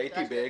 ראיתי ב"אגד",